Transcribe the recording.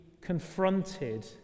confronted